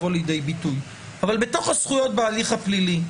לידי ביטוי - בתוך הזכויות בהליך הפלילי,